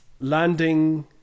landing